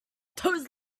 those